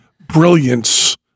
brilliance